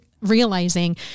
realizing